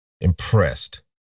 impressed